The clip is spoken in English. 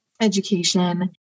education